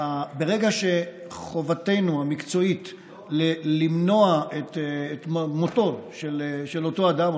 ברגע שחובתנו המקצועית למנוע את מותו של אותו אדם,